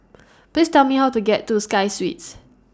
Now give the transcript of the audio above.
Please Tell Me How to get to Sky Suites